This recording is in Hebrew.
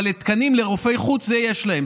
אבל לתקנים לרופאי חוץ, את זה יש להם.